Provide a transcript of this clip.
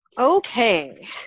okay